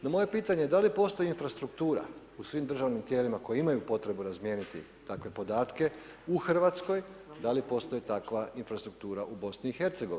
No moje je pitanje da li postoji infrastruktura u svim državnim tijelima koji imaju potrebu razmijeniti takve podatke u Hrvatskoj, da li postoji takva infrastruktura u BiH?